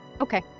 Okay